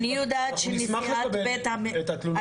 אנחנו נשמח לקבל את התלונות האלה.